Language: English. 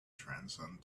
transcend